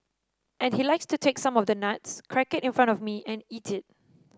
and he likes to take some of the nuts crack it in front of me and eat it